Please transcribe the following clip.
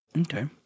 okay